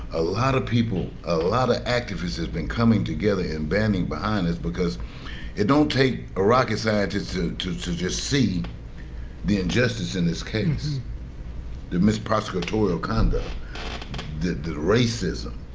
a lot of people, a lot of activists has been coming together and banding behind us because it don't take a rocket scientist to to just see the injustice in this case the mis-prosecutorial conduct the the racism,